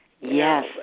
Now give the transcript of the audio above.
yes